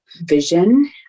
vision